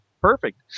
Perfect